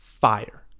Fire